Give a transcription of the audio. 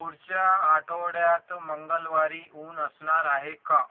पुढच्या आठवड्यात मंगळवारी ऊन असणार आहे का